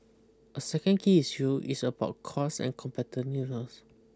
a second key issue is about costs and competitiveness